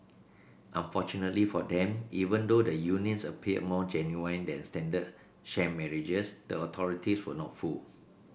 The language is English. unfortunately for them even though the unions appeared more genuine than standard sham marriages the authorities were not fooled